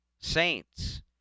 Saints